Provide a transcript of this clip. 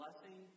blessing